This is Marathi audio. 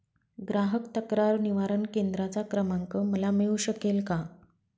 ग्राहक तक्रार निवारण केंद्राचा क्रमांक मला मिळू शकेल का?